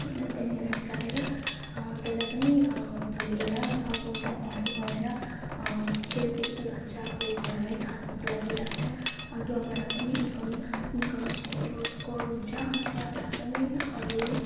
अन्त त्यहाँनेर निकालेर त्यसलाई पनि धोएर अब सफाहरू गरेर कोही बेच्नु लान्छ कोही घरमै खानुको लागि राख्छ अदुवाबाट पनि इनकम इनकम स्को स्कोर हुन्छ अन्त त्यहाँबाट पनि अरू